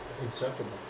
inseparable